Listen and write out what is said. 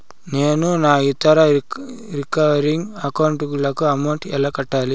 నేను నా ఇతర రికరింగ్ అకౌంట్ లకు అమౌంట్ ఎలా కట్టాలి?